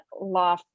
law